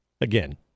again